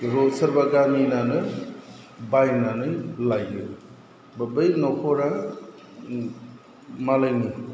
बेखौ सोरबा गामिनानो बायनानै लायो बा बै नखरा मालायनि